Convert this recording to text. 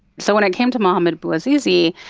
so when it came to mohamed bouazizi,